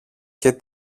και